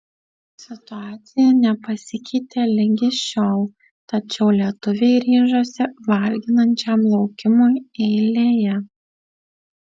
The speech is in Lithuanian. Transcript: situacija nepasikeitė ligi šiol tačiau lietuviai ryžosi varginančiam laukimui eilėje